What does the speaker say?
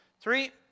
Three